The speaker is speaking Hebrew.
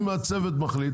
אם הצוות מחליט,